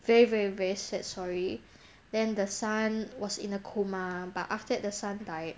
very very very sad story then the son was in a coma but after that the son died